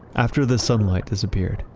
after the sunlight disappeared,